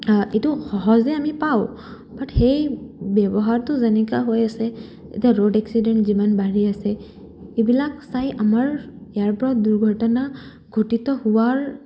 এইটো সহজে আমি পাওঁ বাট সেই ব্যৱহাৰটো যেনেকা হৈ আছে এতিয়া ৰ'ড এক্সিডেণ্ট যিমান বাঢ়ি আছে এইবিলাক চাই আমাৰ ইয়াৰ পৰা দুৰ্ঘটনা ঘটিত হোৱাৰ